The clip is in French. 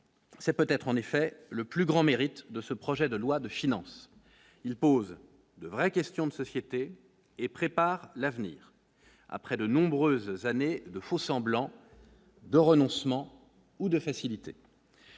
C'est peut-être en effet le plus grand mérite de ce projet de loi de finances, il pose de vraies questions de société et prépare l'avenir après de nombreuses années de faux-semblants. De renoncement ou de facilité.